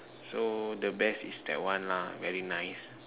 so the best is that one lah very nice